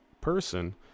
person